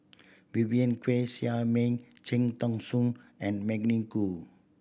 Vivien Quahe Seah Mei Cham Tao Soon and Magdalene Khoo